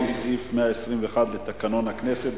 לפי סעיף 121 לתקנון הכנסת,